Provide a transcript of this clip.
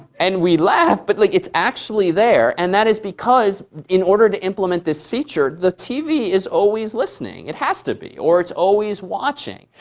and we laugh, but like it's actually there. and that is because in order to implement this feature, the tv is always listening. it has to be or it's always watching.